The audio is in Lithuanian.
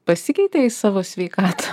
pasikeitė į savo sveikatą